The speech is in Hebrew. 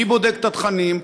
מי בודק את התכנים?